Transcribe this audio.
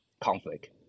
conflict